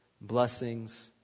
Blessings